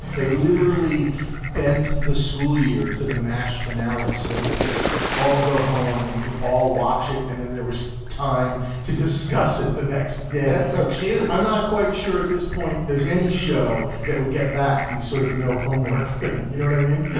they literally bent the school year to the mash finale so that we could all go home and we could all watch it. and then there was time to discuss it the next day. so kids. i'm not quite sure at this point there's any show that would get that these sort of no homework thing. you know what i mean?